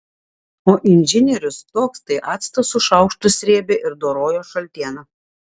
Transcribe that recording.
o inžinierius toks tai actą su šaukštu srėbė ir dorojo šaltieną